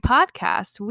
Podcast